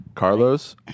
Carlos